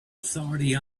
authority